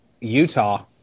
Utah